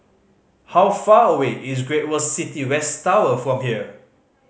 how far away is Great World City West Tower from here